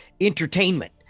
entertainment